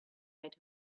made